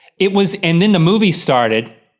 it was, and then the movie started,